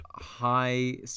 High